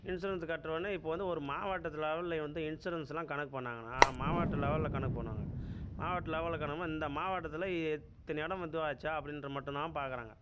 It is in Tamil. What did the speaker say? இன்சூரன்ஸ் கட்டிறவொன்னே இப்போது வந்து ஒரு மாவட்டத்து லெவலில் வந்து இன்சூரன்ஸெலாம் கணக்கு பண்ணிணாங்கன்னா மாவட்ட லெவலில் கணக்கு பண்ணுவாங்க மாவட்ட லெவலில் கணக்கு இந்த மாவட்டத்தில் எத்தன இடம் இதுவாச்சா அப்படின்ற மட்டும்தான் பார்க்குறாங்க